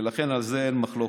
ולכן על זה אין מחלוקת.